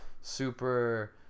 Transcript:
super